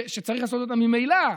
שצריך לעשות אותם ממילא,